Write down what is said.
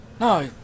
no